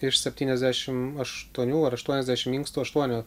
iš septyniasdešimt aštuonių ar aštuoniasdešimt inkstų aštuoni